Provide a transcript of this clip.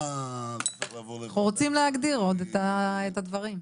אנחנו רוצים עוד להגדיר את הדברים.